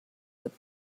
with